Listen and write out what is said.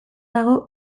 dago